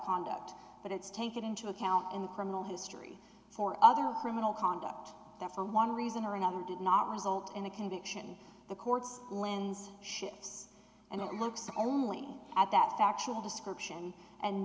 conduct but it's take it into account in the criminal history or other criminal conduct that for one reason or another did not result in the conviction the court's lens shifts and it looks only at that factual description and